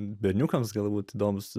berniukams galbūt ydoms